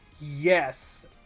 Yes